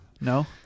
No